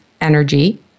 energy